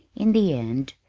in the end,